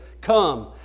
Come